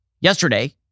Yesterday